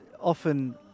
often